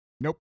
Nope